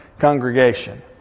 congregation